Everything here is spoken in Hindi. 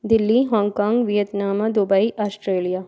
Delhi Hong Kong Vietnam Dubai Australia